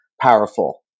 powerful